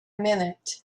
minute